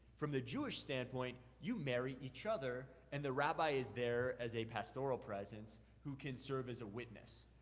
from the jewish standpoint, you marry each other, and the rabbi is there as a pastoral presence who can serve as a witness.